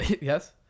Yes